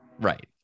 Right